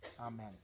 Amen